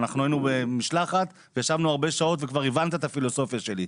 אנחנו היינו במשלחת וישבנו הרבה שעות וכבר הבנת את הפילוסופיה שלי.